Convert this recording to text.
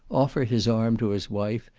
offer his arm to his wife,